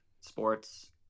sports